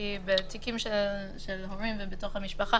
כי בתיקים של הורים ובתוך המשפחה